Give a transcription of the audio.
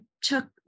took